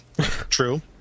True